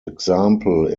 example